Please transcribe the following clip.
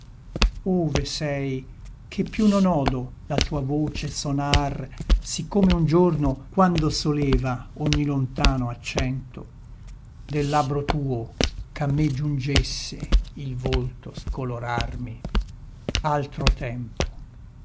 ove sei che più non odo la tua voce sonar siccome un giorno quando soleva ogni lontano accento del labbro tuo ch'a me giungesse il volto scolorarmi altro tempo